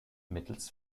mittels